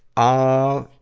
are,